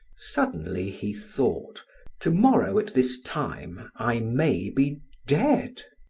suddenly he thought to-morrow at this time i may be dead.